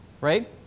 Right